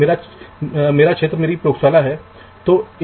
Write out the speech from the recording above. तो यह निरंतर लाइन की तरह है